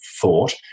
thought